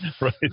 Right